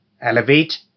Elevate